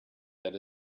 that